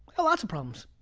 ah lots of problems,